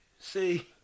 See